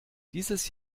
dieses